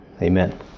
amen